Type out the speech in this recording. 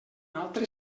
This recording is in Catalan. altre